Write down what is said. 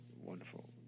wonderful